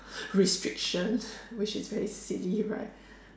restriction which is very silly right